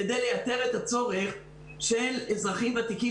כדי לייתר את הצורך של אזרחים ותיקים